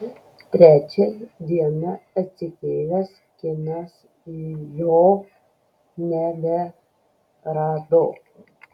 trečią dieną atsikėlęs kinas jo neberado